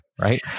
right